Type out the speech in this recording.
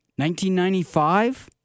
1995